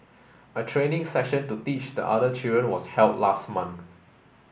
a training session to teach the other children was held last month